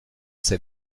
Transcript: c’est